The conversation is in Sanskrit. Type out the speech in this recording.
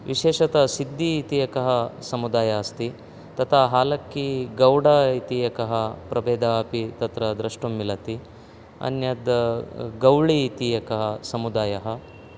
विशेषतः सिद्धिः इति एकः समुदायः अस्ति तथा हालक्कि गोडा इति एकः प्रभेदः अपि तत्र द्रष्टुं मिलति अन्यत् गौळि इति एकः समुदायः